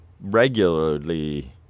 regularly